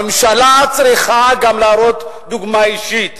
ממשלה צריכה גם להראות דוגמה אישית.